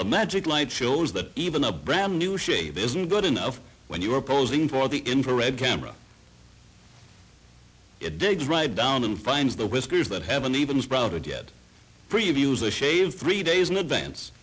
the magic light shows that even a brand new shade isn't good enough when you're posing for the infrared camera it digs right down and finds the whiskers that haven't even sprouted yet previews a shave three days in advance